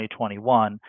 2021